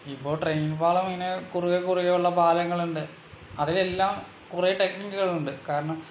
ഇപ്പോൾ ട്രെയിൻ പാളമിങ്ങനെ കുറുകെ കുറുകെയുള്ള പാളങ്ങളുണ്ട് അതിലെല്ലാം കുറേ ടെക്നിക്കുകളുണ്ട് കാരണം